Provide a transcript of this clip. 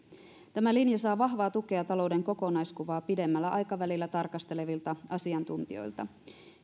tämä linja saa vahvaa tukea talouden kokonaiskuvaa pidemmällä aikavälillä tarkastelevilta asiantuntijoilta